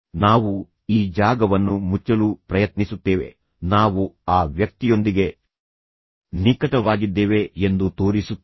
ನಾವು ಈ ಜಾಗವನ್ನು ಮುಚ್ಚಲು ಪ್ರಯತ್ನಿಸುತ್ತೇವೆ ನಾವು ಆ ವ್ಯಕ್ತಿಯೊಂದಿಗೆ ನಿಕಟವಾಗಿದ್ದೇವೆ ಎಂದು ತೋರಿಸುತ್ತೇವೆ